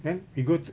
then we go to